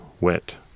wet